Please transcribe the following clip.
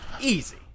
easy